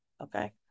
Okay